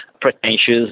pretentious